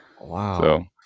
Wow